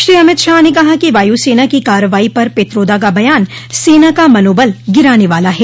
श्री अमित शाह ने कहा कि वायु सेना की कार्रवाई पर पित्रोदा का बयान सेना का मनोबल गिराने वाला है